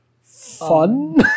Fun